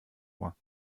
ohr